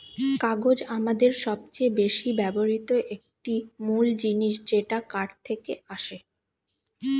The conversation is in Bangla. কাগজ আমাদের সবচেয়ে বেশি ব্যবহৃত একটি মূল জিনিস যেটা কাঠ থেকে আসে